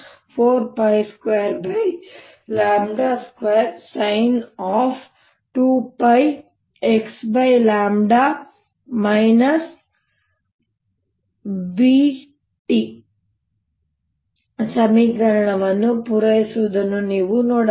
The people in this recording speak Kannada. ಇದು 2yx2 A422sin 2πx vt ಸಮೀಕರಣವನ್ನು ಪೂರೈಸುವುದನ್ನು ನೀವು ನೋಡಬಹುದು